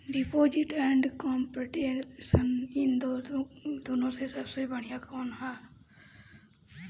Deposit and investment इन दुनो मे से सबसे बड़िया कौन बा?